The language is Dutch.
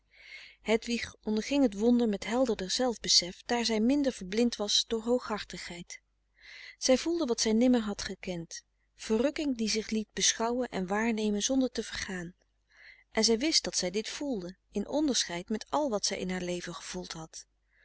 hedwig onderging het wonder met helderder zelfbesef daar zij minder verblind was door hooghartigheid zij voelde wat zij nimmer had gekend verrukking die zich liet beschouwen en waarnemen zonder te vergaan en zij wist dat zij dit voelde in onderscheid met al wat zij in haar leven gevoeld had